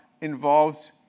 involved